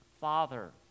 Father